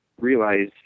realize